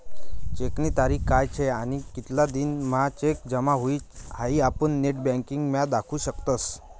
चेकनी तारीख काय शे आणि कितला दिन म्हां चेक जमा हुई हाई आपुन नेटबँकिंग म्हा देखु शकतस